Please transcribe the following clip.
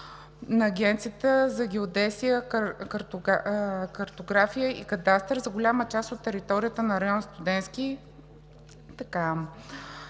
на Агенцията по геодезия, картография и кадастър за голяма част от територията на район „Студентски“.